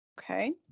okay